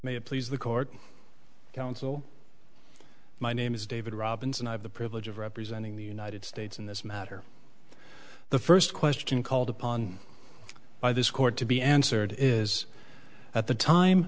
it please the court counsel my name is david robinson i have the privilege of representing the united states in this matter the first question called upon by this court to be answered is at the time